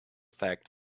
fact